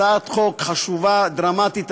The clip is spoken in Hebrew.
הצעת חוק חשובה, דרמטית.